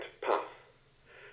path